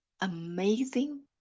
amazing